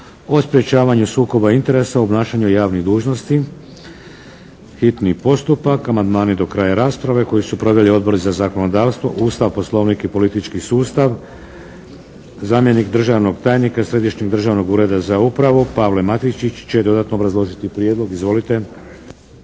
sprječavanju sukoba interesa u obnašanju javih dužnosti, hitni postupak, prvo i drugo čitanje, P.Z. br. 596 Amandmani do kraja rasprave. Koju su proveli Odbor za zakonodavstvo, Ustav, Poslovnik i politički sustav. Zamjenik državnog tajnika Središnjeg državnog ureda za upravu, Pavle Matičić će dodatno obrazložiti prijedlog. Izvolite.